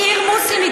עיר מוסלמית.